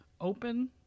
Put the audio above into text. open